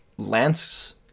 lance